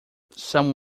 some